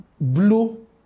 blue